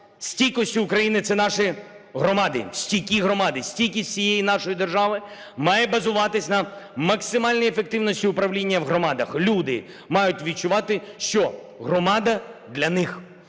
Стійкість України – це наші громади, стійкі громади. Стійкість всієї нашої держави має базуватись на максимальній ефективності управління в громадах, люди мають відчувати, що громада для них.